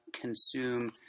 consume